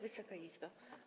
Wysoka Izbo!